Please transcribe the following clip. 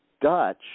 Dutch